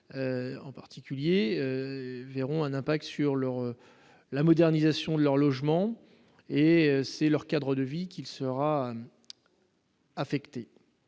en particulier l'air un impact sur leur la modernisation de leur logement et c'est leur cadre de vie qu'il sera. Affecté